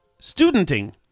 studenting